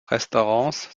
restaurants